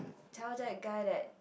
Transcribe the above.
tell that guy that